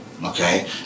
Okay